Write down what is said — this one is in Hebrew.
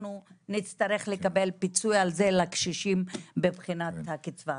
אנחנו נצטרך לקבל פיצוי על זה לקשישים מבחינת המענק הזה.